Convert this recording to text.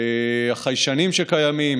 החיישנים שקיימים,